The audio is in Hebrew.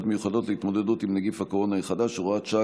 מיוחדות להתמודדות עם נגיף הקורונה החדש (הוראת שעה)